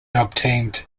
obtained